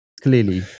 clearly